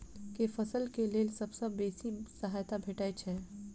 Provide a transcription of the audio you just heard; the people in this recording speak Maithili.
केँ फसल केँ लेल सबसँ बेसी सहायता भेटय छै?